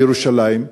בירושלים,